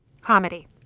Comedy